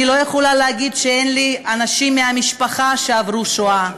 אני לא יכולה להגיד שאין לי אנשים במשפחה שעברו את השואה,